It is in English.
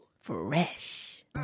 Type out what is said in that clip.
Fresh